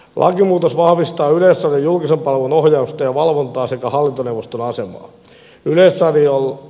lakimuutos vahvistaa yleisradion julkisen palvelun ohjausta ja valvontaa sekä hallintoneuvoston asemaa